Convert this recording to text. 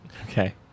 Okay